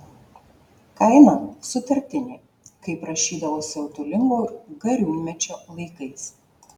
kaina sutartinė kaip rašydavo siautulingo gariūnmečio laikais